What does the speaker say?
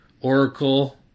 Oracle